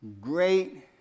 great